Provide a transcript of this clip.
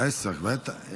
עשר, בטח.